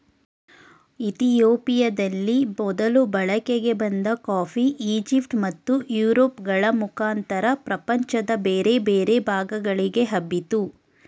ಇತಿಯೋಪಿಯದಲ್ಲಿ ಮೊದಲು ಬಳಕೆಗೆ ಬಂದ ಕಾಫಿ ಈಜಿಪ್ಟ್ ಮತ್ತು ಯುರೋಪ್ ಗಳ ಮುಖಾಂತರ ಪ್ರಪಂಚದ ಬೇರೆ ಬೇರೆ ಭಾಗಗಳಿಗೆ ಹಬ್ಬಿತು